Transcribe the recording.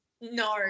No